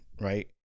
right